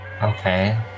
Okay